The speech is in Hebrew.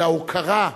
אלא הוקרה,